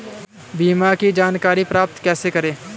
बीमा की जानकारी प्राप्त कैसे करें?